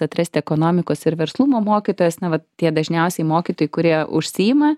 atrasti ekonomikos ir verslumo mokytojus na va tie dažniausiai mokytojai kurie užsiima